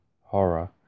horror